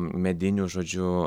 medinių žodžiu